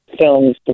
films